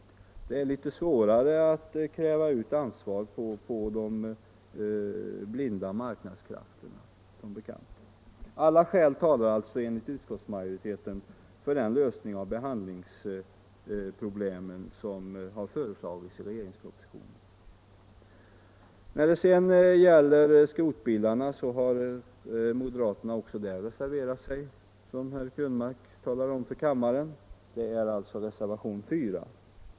Det är som bekant litet svårare att kräva ut ansvar då det gäller de blinda marknadskrafterna. Alla skäl talar alltså enligt utskottsmajoriteten för den lösning av behandlingsproblemen som har föreslagits i regeringspropositionen. När det gäller skrotbilarna har moderaterna också reserverat sig, som herr Krönmark talade om för kammaren. Det gäller reservationen 4.